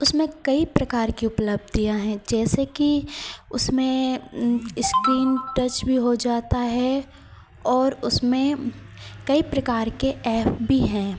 उसमें कई प्रकार की उपलब्धियाँ हैं जैसे कि उसमें इस्क्रीन टच भी हो जाता है और उसमें कई प्रकार के ऐप भी हैं